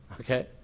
okay